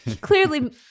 Clearly